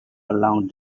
along